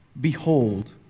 Behold